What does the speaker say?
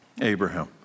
Abraham